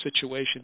situation